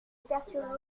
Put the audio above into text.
perturbe